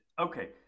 Okay